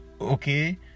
okay